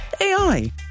AI